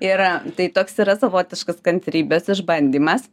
yra tai toks yra savotiškas kantrybės išbandymas